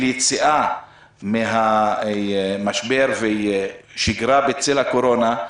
יציאה מהמשבר והליכה לשגרה בצל הקורונה,